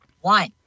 one